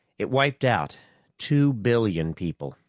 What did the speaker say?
it wiped out two billion people,